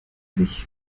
sich